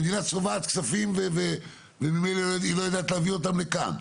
המדינה צובעת כספים וממילא היא לא יודעת להביא אותם לכאן.